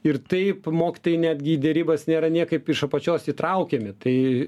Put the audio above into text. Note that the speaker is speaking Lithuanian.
ir taip mokytojai netgi į derybas nėra niekaip iš apačios įtraukiami tai